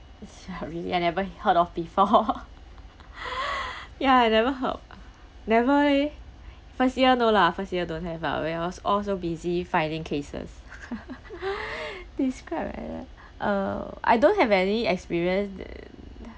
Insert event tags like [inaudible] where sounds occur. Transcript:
sia really I never heard of before [laughs] ya I never heard never leh first year no lah first year don't have ah we all all so busy finding cases [laughs] describe a uh I don't have any experience uh